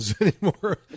anymore